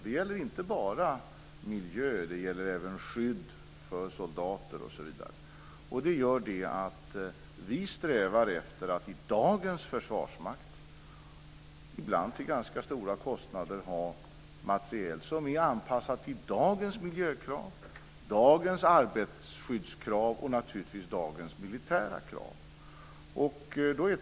Det handlar inte bara om miljön utan även om skydd för soldater osv. Det gör att vi strävar efter att i dagens försvarsmakt, ibland till ganska stora kostnader, ha materiel som är anpassat till dagens miljökrav, dagens arbetarsskyddskrav och naturligtvis dagens militära krav.